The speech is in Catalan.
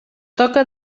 toca